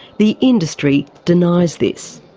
the industry denies this.